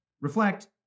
reflect